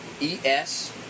E-S